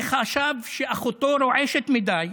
שחשב שאחותו רועשת מדי,